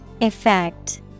Effect